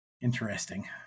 Interesting